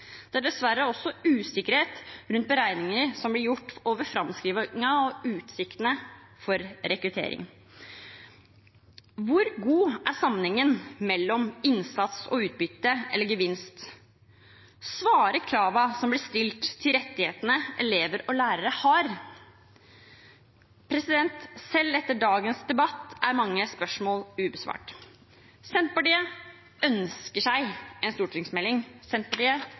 Det er dessverre også usikkerhet rundt beregningene som ble gjort over framskrivingen og utsiktene for rekruttering. Hvor god er sammenhengen mellom innsats og utbytte eller gevinst? Svarer kravene som blir stilt, til rettighetene elever og lærere har? Selv etter dagens debatt er mange spørsmål ubesvart. Senterpartiet ønsker seg en stortingsmelding. Senterpartiet